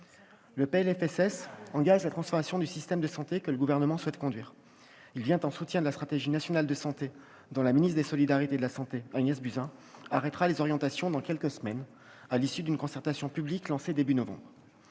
2018 engage la transformation du système de santé que le Gouvernement souhaite conduire. Il vient en soutien de la stratégie nationale de santé, dont la ministre des solidarités et de la santé, Agnès Buzyn, arrêtera les orientations dans quelques semaines, à l'issue d'une concertation publique lancée début novembre.